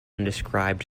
undescribed